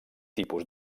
tipus